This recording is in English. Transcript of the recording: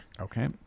Okay